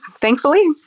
thankfully